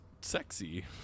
sexy